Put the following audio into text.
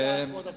בבקשה, כבוד השר.